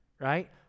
right